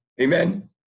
Amen